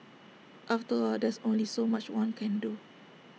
after all there's only so much one can do